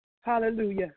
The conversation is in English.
Hallelujah